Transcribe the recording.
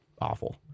awful